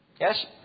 Yes